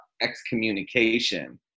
excommunication